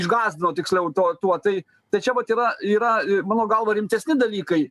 išgąsdino tiksliau tuo tuo tai tai čia vat yra yra mano galva rimtesni dalykai